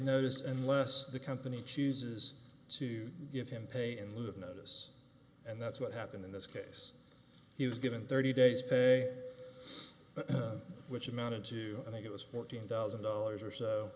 notice unless the company chooses to give him pay in lieu of notice and that's what happened in this case he was given thirty days which amounted to i think it was fourteen thousand dollars or so